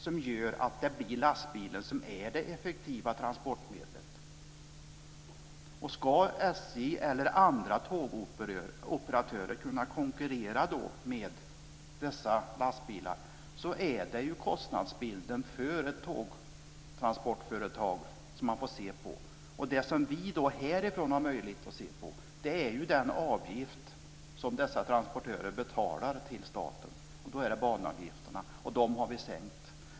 För dessa produkter är lastbilen det effektiva transportmedlet. Om SJ eller andra tågoperatörer då ska kunna konkurrera med lastbilarna, får man se på tågtransportföretagets kostnadsbild. Det som vi härifrån har möjlighet att se är de avgifter som dessa transportörer betalar till staten, dvs. banavgifterna, och dem har vi sänkt.